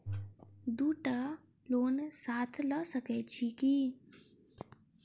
दु टा लोन साथ लऽ सकैत छी की?